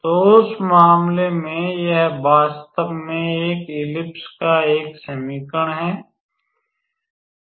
तो उस मामले में यह वास्तव में एक दीर्घवृत्त का एक समीकरण है